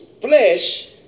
flesh